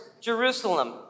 Jerusalem